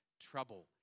trouble